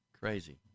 crazy